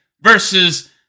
versus